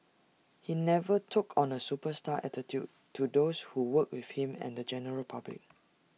he never took on A superstar attitude to those who worked with him and the general public